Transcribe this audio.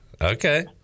okay